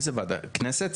איזה ועדה, כנסת?